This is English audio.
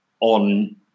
on